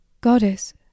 goddess